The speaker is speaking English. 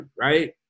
right